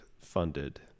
funded